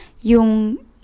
yung